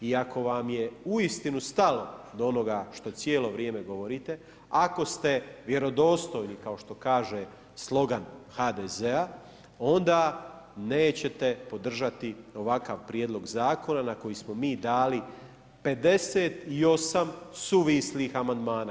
I ako vam je uistinu stalo do onoga što cijelo vrijeme govorite, ako ste vjerodostojni kao što kaže slogan HDZ-a, onda nećete podržati ovakav Prijedlog Zakona na koji smo mi dali 58 suvislih amandmana.